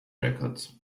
records